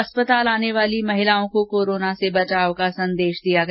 अस्पताल आने वाली महिलाओं को कोरोना से बचाव का संदेश दिया गया